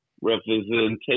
representation